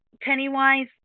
Pennywise